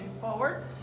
forward